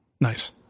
Nice